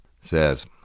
says